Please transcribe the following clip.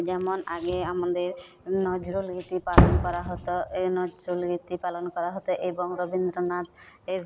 যেমন আগে আমাদের নজরুল গীতি পালন করা হতো এই নজরুল গীতি পালন করা হতো এবং রবীন্দ্রনাথের